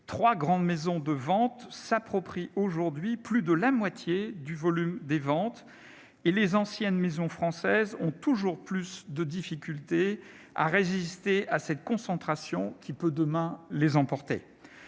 Trois grandes maisons de ventes s'approprient aujourd'hui plus de la moitié du volume des ventes et les anciennes maisons françaises ont toujours plus de difficultés à résister à cette concentration qui peut demain les emporter.